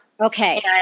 Okay